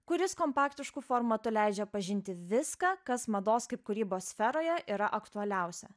kuris kompaktišku formatu leidžia pažinti viską kas mados kaip kūrybos sferoje yra aktualiausia